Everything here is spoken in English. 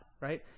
right